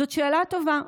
זאת שאלה טובה,